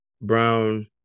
brown